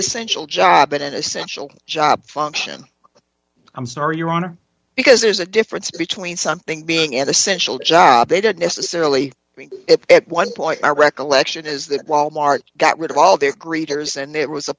essential job and essential job function i'm sorry your honor because there's a difference between something being an essential job they don't necessarily mean at one point my recollection is that wal mart got rid of all their greeters and it was a